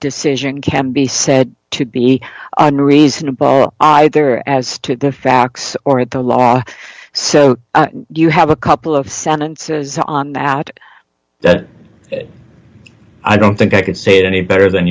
decision can be said to be unreasonable either as to the facts or the law so you have a couple of sentences on that i don't think i could say it any better than